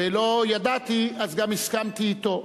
ולא ידעתי, אז גם הסכמתי אתו.